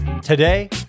Today